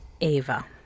Ava